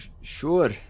sure